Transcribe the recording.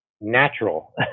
natural